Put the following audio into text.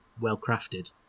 well-crafted